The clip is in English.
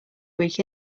week